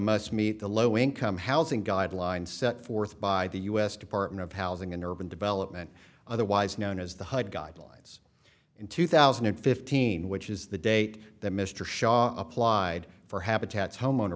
must meet the low income housing guidelines set forth by the u s department of housing and urban development otherwise known as the hud guidelines in two thousand and fifteen which is the date that mr shaw applied for habitat's homeowner